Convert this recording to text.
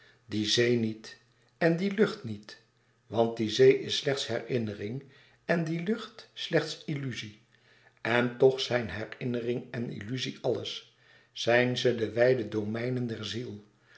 die zee niet en die lucht niet want die zee is slechts herinnering en die lucht slechts illuzie en toch zijn herinnering en illuzie alles zijn ze de wijde domeinen der ziel